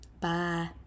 Bye